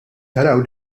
taraw